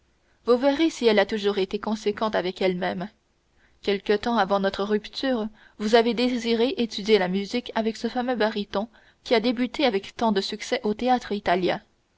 vous verrez si elle a toujours été conséquente avec elle-même quelque temps avant notre rupture vous avez désiré étudier la musique avec ce fameux baryton qui a débuté avec tant de succès au théâtre-italien